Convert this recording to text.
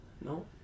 No